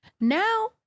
Now